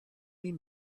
mean